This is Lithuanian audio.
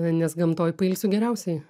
nes gamtoj pailsiu geriausiai